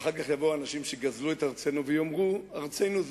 ואחר כך יבואו אנשים שגזלו את ארצנו ויאמרו: ארצנו זו.